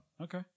Okay